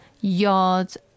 yards